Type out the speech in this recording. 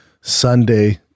Sunday